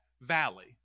valley